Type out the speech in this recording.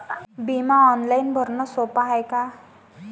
बिमा ऑनलाईन भरनं सोप हाय का?